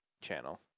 channel